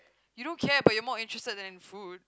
you don't care but you're more interested in food